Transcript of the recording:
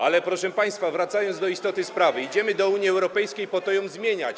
Ale, proszę państwa, wracając do istoty sprawy, idziemy do Unii Europejskiej po to, by ją zmieniać.